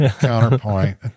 counterpoint